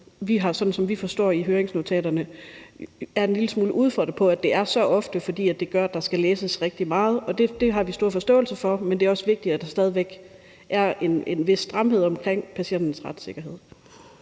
– sådan som vi forstår det på høringsnotatet – fordi det er så ofte, at der skal læses rigtig meget. Det har vi stor forståelse for, men det er også vigtigt, at der stadig væk er en vis stramhed omkring patientens retssikkerhed.